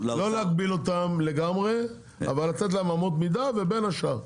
לא להגביל אותם לגמרי אבל לתת להם אמות מידה ובין השאר.